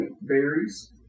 berries